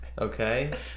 Okay